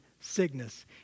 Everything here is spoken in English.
sickness